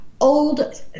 old